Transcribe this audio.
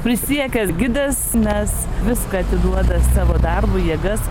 prisiekęs gidas nes viską atiduoda savo darbui jėgas